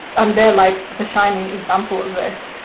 um they're like the shining example of this,